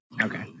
Okay